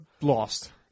Lost